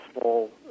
small